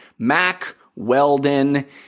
MacWeldon